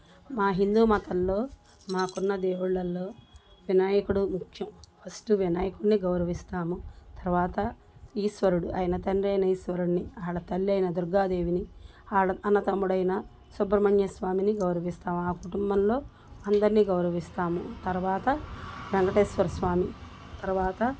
మా హిందూమతంలో మాకున్న దేవుళ్ళల్లో వినాయకుడు ముఖ్యం ఫస్ట్ వినాయకున్ని గౌరవిస్తాము తర్వాత ఈశ్వరుడు ఆయన తండ్రి అయిన ఈశ్వరున్ని వాళ్ళ తల్లాయిన దుర్గా దేవిని వాళ్ళ అన్నతమ్ముడైన సుబ్రహ్మణ్యస్వామిని గౌరవిస్తాం ఆ కుటుంబంలో అందరిని గౌరవిస్తాము తర్వాత వెంకటేశ్వర స్వామి తర్వాత